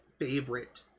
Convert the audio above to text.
favorite